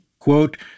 Quote